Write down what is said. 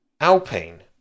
Alpine